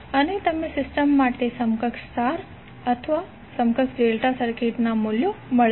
અને તમને સિસ્ટમ માટે સમકક્ષ સ્ટાર અથવા સમકક્ષ ડેલ્ટા સર્કિટના મૂલ્યો મળશે